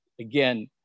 again